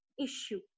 issue